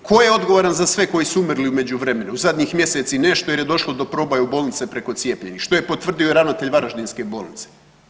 Tko je odgovoran za sve koji su umrli u međuvremenu u zadnjih mjesec i nešto jer je došlo do proboja u bolnice preko cijepljenih što je potvrdio i ravnatelj varaždinske bolnice.